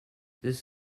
this